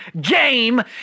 game